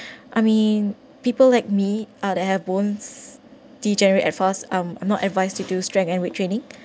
I mean people like me uh that have bones degenerate at fast um are not advised to do strength and weight training